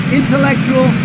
intellectual